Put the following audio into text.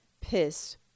piss